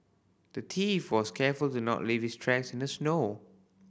the thief was careful to not leave his tracks in the snow